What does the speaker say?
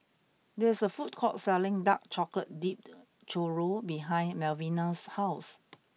there is a food court selling Dark Chocolate Dipped Churro behind Malvina's house